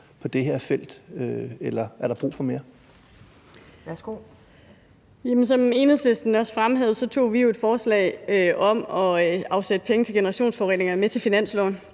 Værsgo. Kl. 11:42 Signe Munk (SF): Jamen som Enhedslisten også fremhævede, tog vi jo et forslag om at afsætte penge til generationsforureningerne med til finansloven.